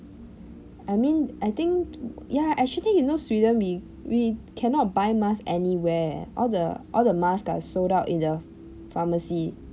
I mean I think ya actually you know sweden we we cannot buy mask anywhere eh all the all the mask are sold out in the pharmacy